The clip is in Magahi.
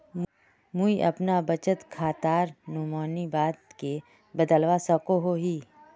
मुई अपना बचत खातार नोमानी बाद के बदलवा सकोहो ही?